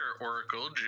Oracle